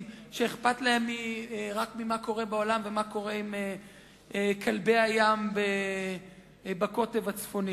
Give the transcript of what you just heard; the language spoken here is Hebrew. שאכפת להם רק ממה שקורה בעולם וממה שקורה עם כלבי-הים בקוטב הצפוני,